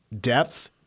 depth